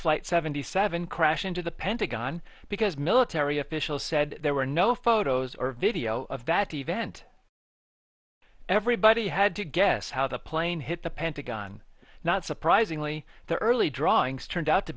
flight seventy seven crash into the pentagon because military officials said there were no photos or video of that event everybody had to guess how the plane hit the pentagon not surprisingly the early drawings turned